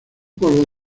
polvo